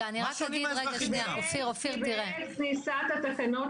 מה שונים האזרחים ------ כניסת התקנות